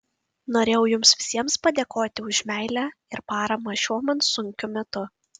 norėjau jums visiems padėkoti už meilę ir paramą šiuo man sunkiu metu